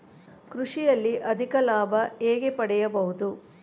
ಕೃಷಿಯಲ್ಲಿ ಅಧಿಕ ಲಾಭ ಹೇಗೆ ಪಡೆಯಬಹುದು?